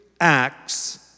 acts